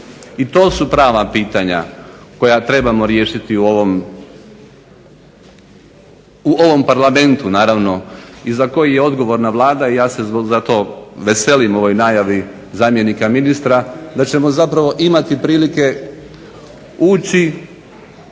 I to su prava pitanja koja trebamo riješiti u ovom parlamentu naravno i za koji je odgovorna Vlada i ja se zato veselim ovoj najavi zamjenika ministra da ćemo zapravo imati prilike ući